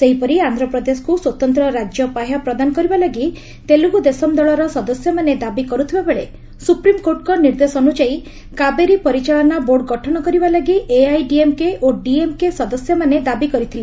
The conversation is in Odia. ସେହିପରି ଆନ୍ଧ୍ରପ୍ରଦେଶକୁ ସ୍ୱତନ୍ତ ରାଜ୍ୟ ପାହ୍ୟା ପ୍ରଦାନ କରିବାଲାଗି ତେଲୁଗୁଦେଶମ୍ ଦଳର ସଦସ୍ୟମାନେ ଦାବି କରୁଥିବାବେଳେ ସୁପ୍ରିମ୍କୋର୍ଟଙ୍କ ନିର୍ଦ୍ଦେଶ ଅନ୍ୟଯାୟୀ କାବେରୀ ପରିଚାଳନା ବୋର୍ଡ଼ ଗଠନ କରିବା ଲାଗି ଏଆଇଏଡିଏମ୍କେ ଓ ଡିଏମ୍କେ ସଦସ୍ୟମାନେ ଦାବି କରିଥିଲେ